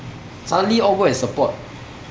suddenly all go and support